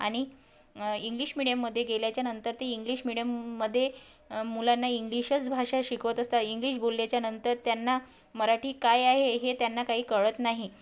आणि इंग्लिश मिडीयममध्ये गेल्याच्यानंतर ते इंग्लिश मिडीयममध्ये मुलांना इंग्लिशच भाषा शिकवत असतात इंग्लिश बोलल्याच्यानंतर त्यांना मराठी काय आहे हे त्यांना काही कळत नाही